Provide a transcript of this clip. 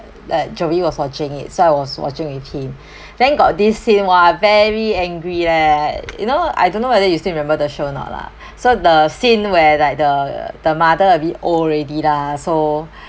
that joey was watching it so I was watching with him then got this scene !wah! very angry leh you know I don't know whether you still remember the show or not lah so the scene where like the the mother a bit old already lah so